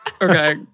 okay